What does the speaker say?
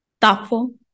thoughtful